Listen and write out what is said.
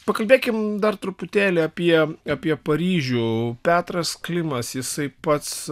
pakalbėkim dar truputėlį apie apie paryžių petras klimas jisai pats